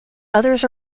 others